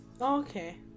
Okay